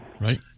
Right